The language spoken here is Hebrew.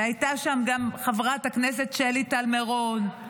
והייתה שם גם חברת הכנסת שלי טל מירון,